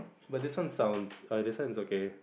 but this one sounds err this one is okay